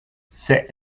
cet